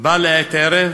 בא לעת ערב,